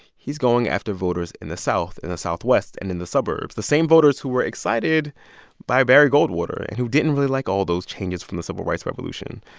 he's going after voters in the south and the southwest and in the suburbs, the same voters who were excited by barry goldwater and who didn't really like all those changes from the civil rights revolution.